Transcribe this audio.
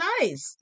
nice